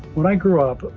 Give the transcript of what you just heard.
when i grew up,